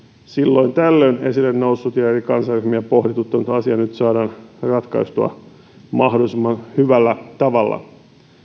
silloin tällöin esille noussut ja ja eri kansanryhmiä pohdituttanut asia nyt saadaan ratkaistua mahdollisimman hyvällä tavalla